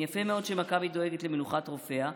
יפה מאוד שמכבי דואגת למנוחת רופאיה,